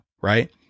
right